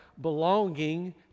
belonging